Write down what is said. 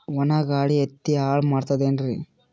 ಒಣಾ ಗಾಳಿ ಹತ್ತಿ ಹಾಳ ಮಾಡತದೇನ್ರಿ?